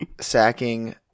sacking